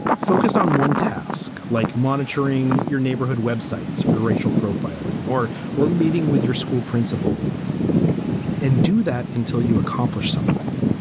focused on one task, like monitoring your neighborhood web sites for racial profiling or were meeting with your school principal and do that until you accomplish something.